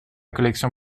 collection